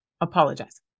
apologize